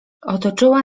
otoczyła